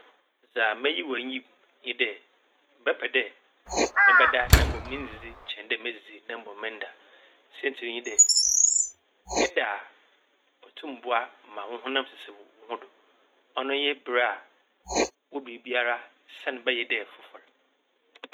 Dza meyi wɔ iyi mu nye dɛ mebɛpɛ dɛ mebɛda na mbom menndzidzi kyɛn dɛ medzidzi na mbom mennda. Saintsir nye dɛ eda a otum boa ma wo honam sisi no wo- woho do. Ɔno nye ber wo biribiara sian bɛyɛ dɛ fofor.